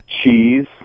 cheese